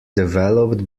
developed